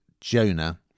Jonah